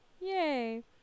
Yay